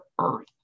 Earth